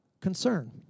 concern